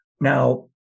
Now